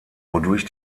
wodurch